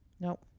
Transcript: Nope